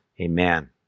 Amen